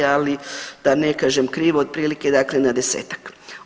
Ali da ne kažem krivo otprilike dakle na desetak.